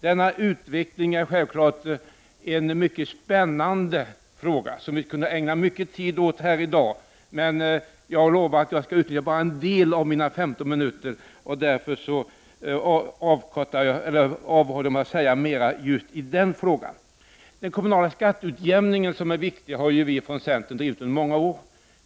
Denna utveckling är mycket spännande, och vi kunde ägna mycken tid åt den här i dag, men eftersom jag inte skall tala i 15 minuter, som jag hade anmält mig för, avhåller jag mig från att säga mera just i den frågan. Den kommunala skatteutjämningen är viktig, och den frågan har vi i centern drivit i många år.